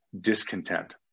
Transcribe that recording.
discontent